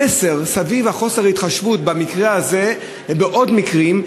המסר סביב חוסר ההתחשבות במקרה הזה ובעוד מקרים,